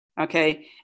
Okay